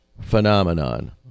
phenomenon